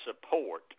support